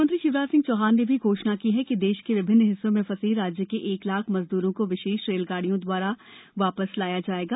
मुख्यमंत्री शिवराज सिंह चौहान ने भी घोषणा की है कि देश के विभिन्न हिस्सों में फंसे राज्य के एक लाख मजदूरों को विशेष रेलगाड़ियों द्वारा वापस लाया जाएगा